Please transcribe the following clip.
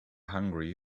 hungry